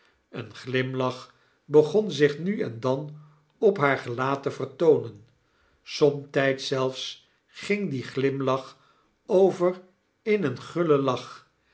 een glimlach begon zich nu en dan op haar gelaat te vertoonen somtyds zelfs ging die glimlach over in een gullen lach